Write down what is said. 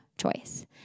choice